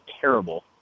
terrible